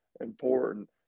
important